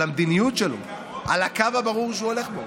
על המדיניות שלו, על הקו הברור שהוא הולך בו.